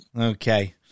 Okay